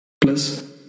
Plus